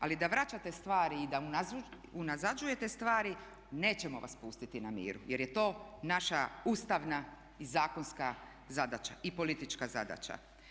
Ali da vraćate stvari i da unazađujete stvari nećemo vas pustiti na miru jer je to naša ustavna i zakonska zadaća, i politička zadaća.